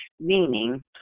meaning